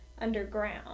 underground